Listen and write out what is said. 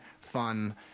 fun